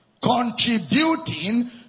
contributing